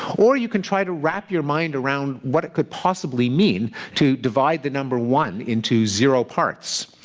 or you can try to wrap your mind around what it could possibly mean to divide the number one into zero parts.